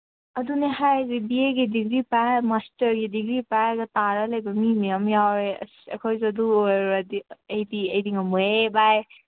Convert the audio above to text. ꯑꯗꯨꯅꯦ ꯍꯥꯏꯔꯤꯁꯦ ꯕꯤ ꯑꯦꯒꯤ ꯗꯤꯒ꯭ꯔꯤ ꯄꯥꯏꯔꯒ ꯃꯥꯁꯇꯔꯒꯤ ꯗꯤꯒ꯭ꯔꯤ ꯄꯥꯏꯔꯒ ꯇꯥꯔ ꯂꯩꯕ ꯃꯤ ꯃꯌꯥꯝ ꯌꯥꯎꯋꯦ ꯑꯁ ꯑꯩꯈꯣꯏꯁꯨ ꯑꯗꯨ ꯑꯣꯏꯔꯨꯔꯗꯤ ꯑꯩꯗꯤ ꯑꯩꯗꯤ ꯉꯝꯃꯣꯏꯍꯦ ꯚꯥꯏ